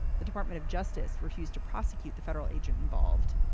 the department of justice, refuse to prosecute the federal agent involved.